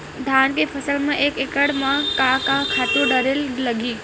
धान के फसल म एक एकड़ म का का खातु डारेल लगही?